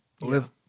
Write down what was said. live